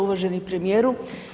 Uvaženi premijeru.